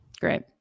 great